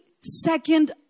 second